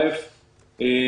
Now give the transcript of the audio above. ראשית,